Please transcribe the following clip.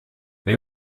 they